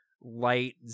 light